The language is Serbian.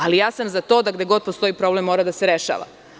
Ali, ja sam za to gde god postoji problem mora da se rešava.